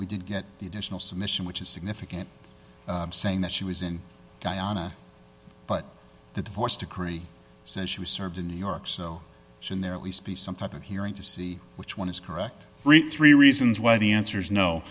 we did get additional submission which is significant saying that she was in guyana but the divorce decree says she was served in new york so it's in there at least be some type of hearing to see which one is correct re three reasons why the answer is no